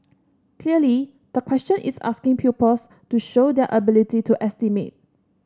clearly the question is asking pupils to show their ability to estimate